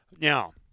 Now